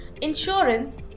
insurance